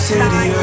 City